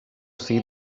see